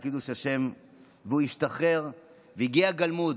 השתחרר והגיע גלמוד.